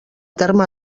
terme